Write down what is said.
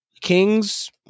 kings